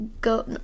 go